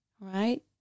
right